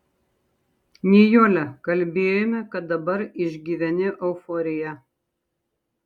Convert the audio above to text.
nijole kalbėjome kad dabar išgyveni euforiją